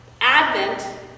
Advent